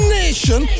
nation